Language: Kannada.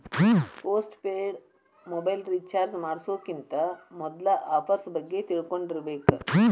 ಪೋಸ್ಟ್ ಪೇಯ್ಡ್ ಮೊಬೈಲ್ ರಿಚಾರ್ಜ್ ಮಾಡ್ಸೋಕ್ಕಿಂತ ಮೊದ್ಲಾ ಆಫರ್ಸ್ ಬಗ್ಗೆ ತಿಳ್ಕೊಂಡಿರ್ಬೇಕ್